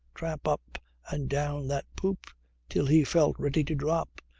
tramp up and down that poop till he felt ready to drop,